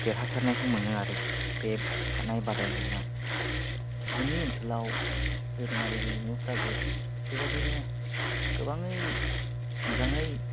देरहासारनायखौ मोनो आरो बे खारनाय बादायलायनायाव जोंनि ओनसोलाव दोरोङारि गेलेमुफ्रा बेबादिनो गोबाङै मोजाङै